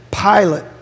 Pilate